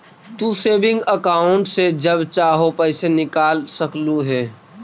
तू saving account से जब चाहो पैसे निकलवा सकलू हे